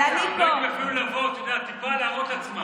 אבל אני פה, להראות את עצמה.